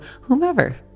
whomever